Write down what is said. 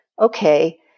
okay